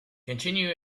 continue